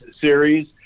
series